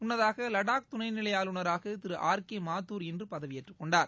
முன்னதாகலடாக் துணைநிலைஆளுநராகதிரு R கேமாத்துர் இன்றுபதவியேற்றுக் கொண்டார்